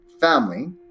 family